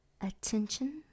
attention